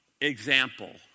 example